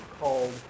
called